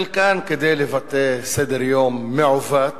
חלקם כדי לבטא סדר-יום מעוות